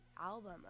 Album